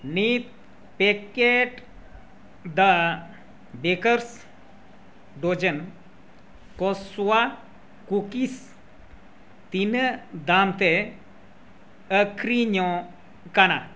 ᱱᱤᱛ ᱯᱮᱠᱮᱴ ᱫᱟ bakers dozen cashew cookies ᱛᱤᱱᱟᱹᱜ ᱫᱟᱢ ᱛᱮ ᱟᱹᱠᱷᱨᱤᱧᱚᱜ ᱠᱟᱱᱟ